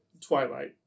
twilight